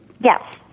Yes